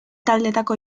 taldetako